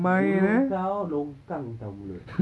mulut kau longkang [tau] mulut